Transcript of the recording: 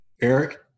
Eric